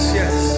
yes